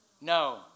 No